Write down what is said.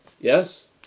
Yes